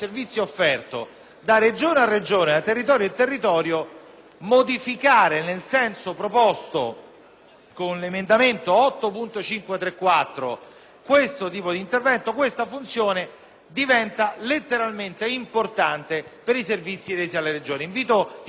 dall'emendamento 8.534 questo tipo di intervento farebbe sì che questa funzione diventi letteralmente importante per i servizi resi alle Regioni. Invito i colleghi senatori a ragionare bene, perché, una volta che non inserissimo il trasporto pubblico locale tra i livelli essenziali della prestazione,